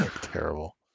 Terrible